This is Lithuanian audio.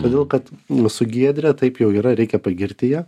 todėl kad mūsų giedrė taip jau yra reikia pagirti ją